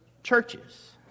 Churches